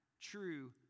true